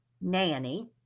Nanny